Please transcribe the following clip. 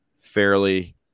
fairly